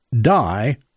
die